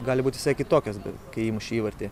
gali būt visai kitokios be kai įmuši įvartį